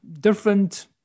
different